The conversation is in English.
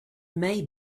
may